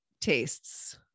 tastes